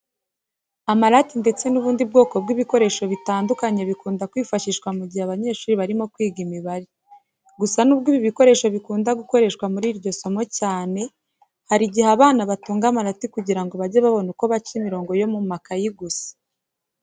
Amarati ndetse n'ubundi bwoko bw'ibikoresho bitandukanye bikunda kwifashishwa mu gihe abanyeshuri barimo kwiga imibare. Gusa nubwo ibi bikoresho bikunda gukoreshwa muri iryo somo cyane, hari igihe abana batunga amarati kugira ngo bajye babona uko baca imirongo yo mu makayi gusa.